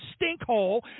stinkhole